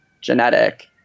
genetic